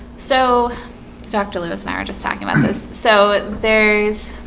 so dr. lewis and i are just talking about this. so there's